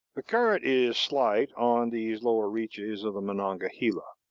the current is slight on these lower reaches of the monongahela.